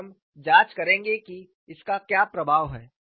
और हम जांच करेंगे कि इसका क्या प्रभाव है